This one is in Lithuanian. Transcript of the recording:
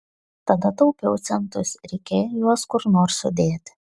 tada taupiau centus reikėjo juos kur nors sudėti